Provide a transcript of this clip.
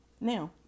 Now